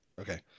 Okay